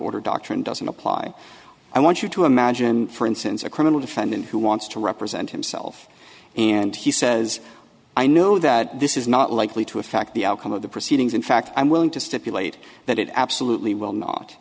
order doctrine doesn't apply i want you to imagine for instance a criminal defendant who wants to represent himself and he says i know that this is not likely to affect the outcome of the proceedings in fact i'm willing to stipulate that it absolutely will not